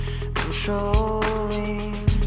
Controlling